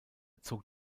zog